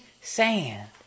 sand